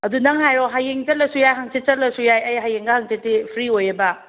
ꯑꯗꯨ ꯅꯪ ꯍꯥꯏꯔꯛꯑꯣ ꯍꯌꯦꯡ ꯆꯠꯂꯁꯨ ꯌꯥꯏ ꯍꯪꯆꯤꯠ ꯆꯠꯂꯁꯨ ꯌꯥꯏ ꯑꯩ ꯍꯌꯦꯡꯂ ꯍꯪꯆꯤꯠꯇꯤ ꯐ꯭ꯔꯤ ꯑꯣꯏꯌꯦꯕ